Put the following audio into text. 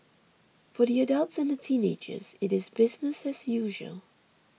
for the adults and the teenagers it is business as usual